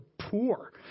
poor